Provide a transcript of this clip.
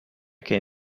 can